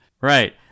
Right